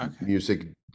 music